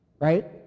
right